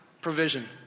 provision